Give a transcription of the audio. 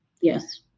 Yes